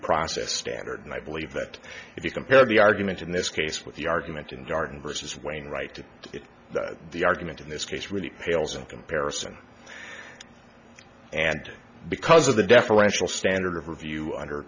process standard and i believe that if you compare the argument in this case with the argument in darden versus wainwright the argument in this case really pales in comparison and because of the deferential standard of review under